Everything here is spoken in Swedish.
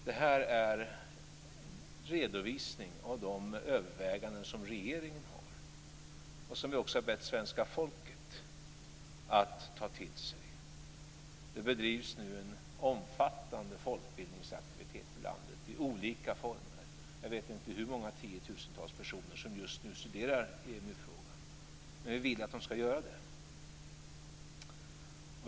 Det här är redovisning av de överväganden som regeringen har och som vi också bett svenska folket att ta till sig. Det bedrivs nu en omfattande folkbildningsaktivitet i landet i olika former. Jag vet inte hur många tiotusentals personer som just nu studerar EMU-frågan. Men vi vill att de ska göra det.